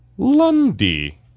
Lundy